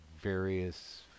various